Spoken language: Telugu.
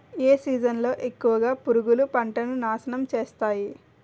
ఏ సీజన్ లో ఎక్కువుగా పురుగులు పంటను నాశనం చేస్తాయి?